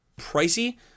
pricey